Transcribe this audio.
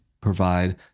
provide